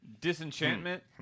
Disenchantment